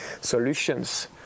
solutions